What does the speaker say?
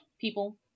people